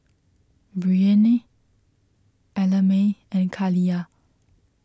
Breanne Ellamae and Kaliyah